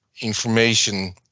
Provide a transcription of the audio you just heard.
information